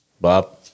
Bob